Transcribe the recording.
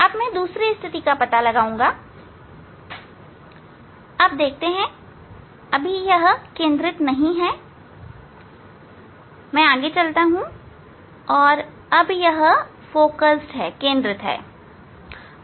अब मैं दूसरी स्थिति का पता लगाऊंगा अब देखते हैं यह केंद्रित नहीं है मैं जा रहा हूं और अब अब यह केंद्रित है